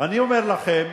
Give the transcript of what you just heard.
אני אומר לכם,